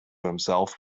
himself